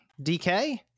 DK